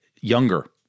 Younger